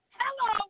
hello